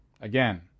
Again